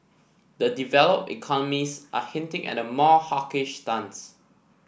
the develop economies are hinting at a more hawkish stance